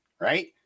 right